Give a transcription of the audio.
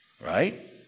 Right